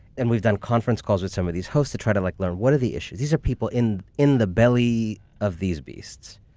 and we've done conference calls with some of these hosts to try to like learn what are the issues. these are people in in the belly of these beasts.